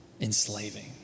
enslaving